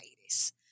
Aires